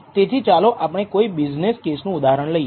તેથી ચાલો આપણે કોઈ બિઝનેસ કેસનું ઉદાહરણ લઈએ